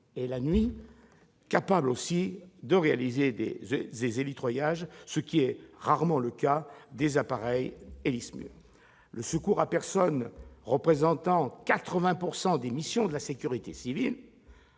et la nuit, ainsi que de réaliser des hélitreuillages, ce qui est rarement le cas des appareils des Héli-SMUR. Le secours à personne représente 80 % des missions de la sécurité civile.